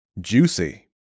juicy